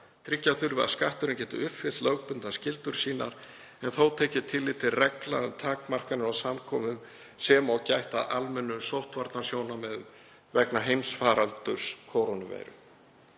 Tryggja þurfi að Skatturinn geti uppfyllt lögbundnar skyldur sínar en þó tekið tillit til reglna um takmarkanir á samkomum sem og gætt að almennum sóttvarnasjónamiðum vegna heimsfaraldurs kórónuveiru.